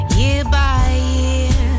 year-by-year